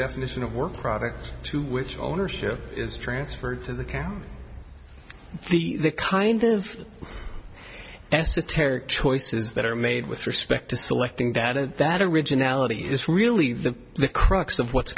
definition of work product to which ownership is transferred to the town the kind of esoteric choices that are made with respect to selecting doubted that originality is really the the crux of what's